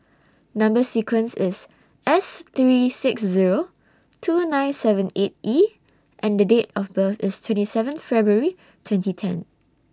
Number sequence IS S three six Zero two nine seven eight E and The Date of birth IS twenty seven February twenty ten